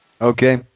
Okay